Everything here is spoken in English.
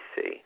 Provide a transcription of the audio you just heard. see